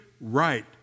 right